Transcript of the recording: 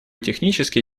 технические